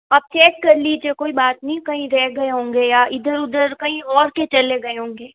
आप चेक कर लीजिये कोई बात नहीं कहीं रह गए होंगे या इधर उधर कहीं और के चले गए होंगे